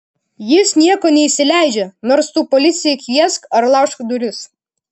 jis nieko neįsileidžia nors tu policiją kviesk ar laužk duris